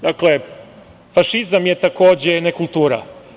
Dakle, fašizam je takođe nekultura.